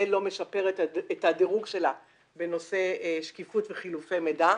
לא משפרת את הדירוג שלה בנושא שקיפות וחילופי מידע,